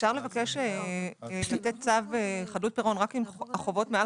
אפשר לתת צו חדלות פירעון רק אם החובות מעל